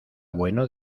bueno